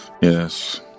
yes